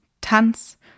Tanz